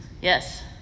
Yes